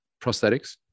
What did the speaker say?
prosthetics